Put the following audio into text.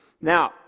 Now